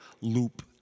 loop